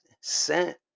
sent